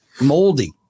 moldy